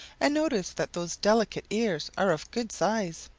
and notice that those delicate ears are of good size.